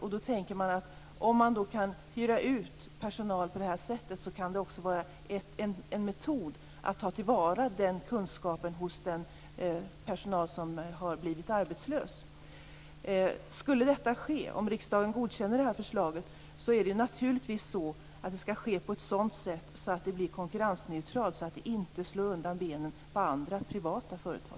Om man då kan hyra ut personal på detta sätt kan det också vara en metod att ta till vara den kunskapen hos den personal som har blivit arbetslös. Om detta skulle ske, om riksdagen godkänner detta förslag, skall det naturligtvis ske på ett sådant sätt att det blir konkurrensneutralt, så att det inte slår undan benen på andra privata företag.